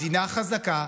מדינה חזקה,